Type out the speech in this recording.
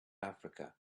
africa